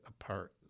apart